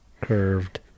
curved